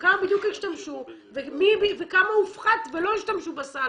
כמה בדיוק השתמשו וכמה הופחת ולא השתמשו בסל